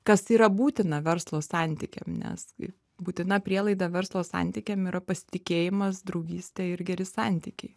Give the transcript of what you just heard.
kas yra būtina verslo santykiam nes kai būtina prielaida verslo santykiam yra pasitikėjimas draugystė ir geri santykiai